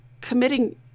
committing